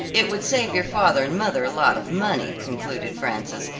it would save your father and mother a lot of money, concluded frances,